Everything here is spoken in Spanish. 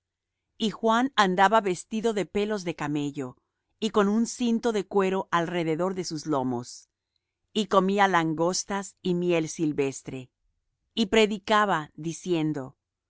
y juan andaba vestido de pelos de camello y con un cinto de cuero alrededor de sus lomos y comía langostas y miel silvestre y predicaba diciendo